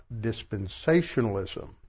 dispensationalism